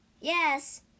Yes